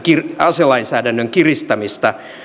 aselainsäädännön kiristämistä